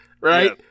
right